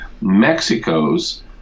Mexico's